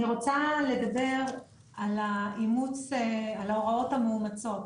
אני רוצה לדבר על ההוראות המאומצות.